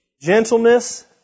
gentleness